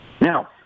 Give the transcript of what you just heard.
Now